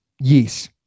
Yes